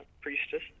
priestess